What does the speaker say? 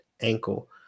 ankle